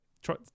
try